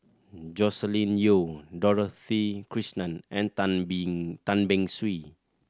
Joscelin Yeo Dorothy Krishnan and Tan Beng Tan Beng Swee